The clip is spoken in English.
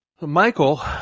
Michael